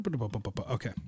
Okay